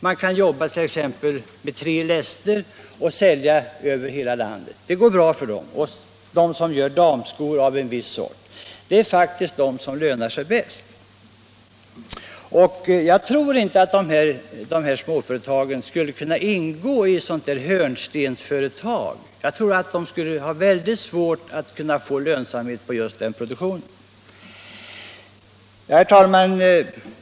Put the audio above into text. Man kan t.ex. arbeta med tre läster och sälja dessa skor över hela landet. För ett sådant företag går det bra. Det gäller t.ex. också fabriker som gör damskor av en viss sort. Det är faktiskt sådana företag som lönar sig bäst. Jag tror inte att dessa små företag skulle kunna ingå i ett sådant här hörnstensföretag. Med den produktionsinriktning de har skulle de i så fall få svårt att uppnå lönsamhet. Herr talman!